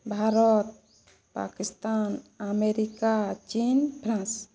Bharat Pakistan America ଚୀନ France